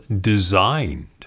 designed